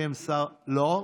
לא?